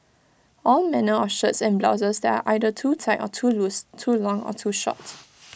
all manner of shirts and blouses that are either too tight or too loose too long or too short